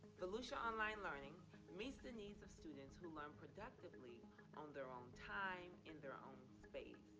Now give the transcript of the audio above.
volusia online learning meets the needs of students who learn productively on their own time, in their own space.